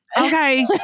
Okay